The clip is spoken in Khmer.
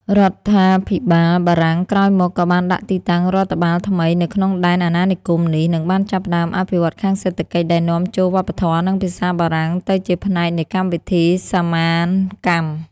រដ្ឋាភិបាលបារាំងក្រោយមកក៏បានដាក់ទីតាំងរដ្ឋបាលថ្មីនៅក្នុងដែនអាណានិគមនេះ និងបានចាប់ផ្ដើមអភិវឌ្ឍខាងសេដ្ឋកិច្ចដែលនាំចូលវប្បធម៌និងភាសាបារាំងទៅជាផ្នែកនៃកម្មវិធីសមានកម្ម។